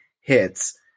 hits